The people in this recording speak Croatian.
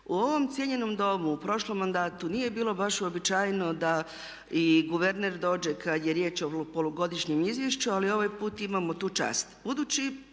U ovom cijenjenom Domu u prošlom mandatu nije bilo baš uobičajeno da i guverner dođe kad je riječ o polugodišnjem izvješću, ali ovaj put imamo tu čast.